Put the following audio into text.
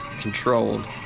Controlled